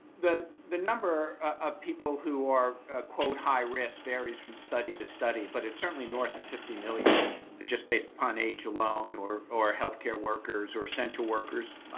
the the number of people who are high risk varies from study to study, but it's certainly north of fifty million just based upon age alone or or healthcare workers or essential workers,